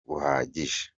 buhagije